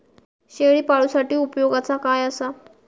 शेळीपाळूसाठी उपयोगाचा काय असा?